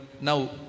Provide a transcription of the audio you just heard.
Now